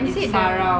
is it the